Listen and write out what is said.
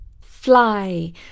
Fly